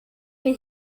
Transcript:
wir